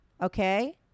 Okay